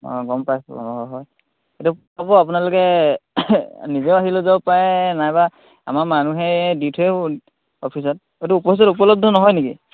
অঁ গম পাইছোঁ অঁ হয় এইটো পাব আপোনালোকে নিজেও আহি লৈ যাব পাৰে নাইবা আমাৰ মানুহে দি থৈও আহিব অফিচত এইটো অফিচটোত উপলব্ধ নহয় নেকি